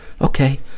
Okay